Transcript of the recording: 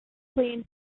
clean